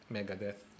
Megadeth